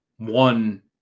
one